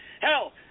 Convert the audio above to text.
Hell